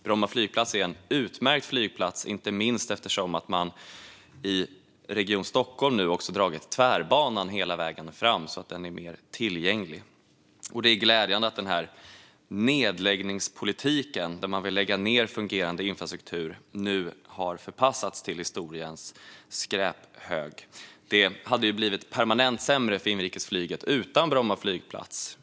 Bromma är en utmärkt flygplats, inte minst eftersom Region Stockholm nu dragit tvärbanan hela vägen fram så att den är mer tillgänglig. Det är glädjande att nedläggningspolitiken, där man vill lägga ned fungerande infrastruktur, nu har förpassats till historiens skräphög. Det hade blivit permanent sämre för inrikesflyget utan Bromma flygplats.